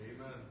Amen